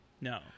No